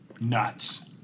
nuts